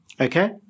Okay